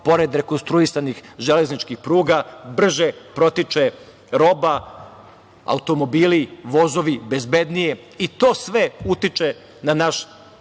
pored rekonstruisanih železničkih pruga, brže protiče roba, automobili, vozovi bezbednije, i to sve utiče na naš privredni